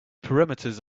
parameters